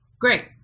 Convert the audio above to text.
Great